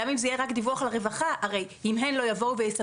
גם אם זה יהיה רק דיווח לרווחה הרי אם הן לא יבואו ויספרו